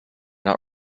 not